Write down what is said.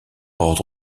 ordre